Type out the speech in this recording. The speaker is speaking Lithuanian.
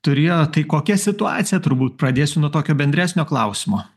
turėjo tai kokia situacija turbūt pradėsiu nuo tokio bendresnio klausimo